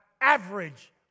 average